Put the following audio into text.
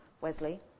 Wesley